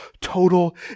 total